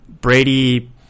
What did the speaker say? Brady